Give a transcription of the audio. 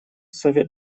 совет